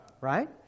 Right